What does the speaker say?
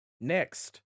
Next